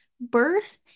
birth